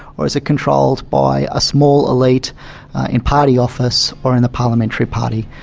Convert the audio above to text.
or is it controlled by a small elite in party office or in the parliamentary party?